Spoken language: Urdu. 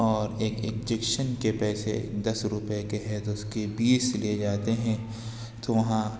اور ایک اکجکشن کے پیسے دس روپئے کے ہیں تو اس کے بیس لیے جاتے ہیں تو وہاں